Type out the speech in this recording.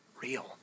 real